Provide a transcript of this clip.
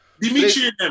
Dimitri